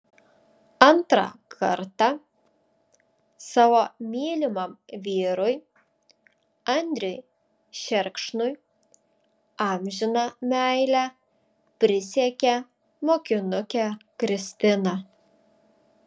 antrą kartą savo mylimam vyrui andriui šerkšnui amžiną meilę prisiekė mokinukė kristina